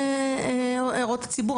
מחייב הערות הציבור?